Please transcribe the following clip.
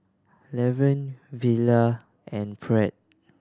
Lavern Villa and Pratt